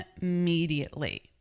immediately